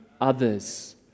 others